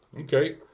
Okay